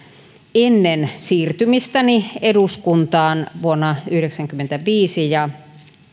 ennen siirtymistäni eduskuntaan vuonna yhdeksänkymmentäviisi ja